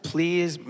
Please